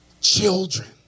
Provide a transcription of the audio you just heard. children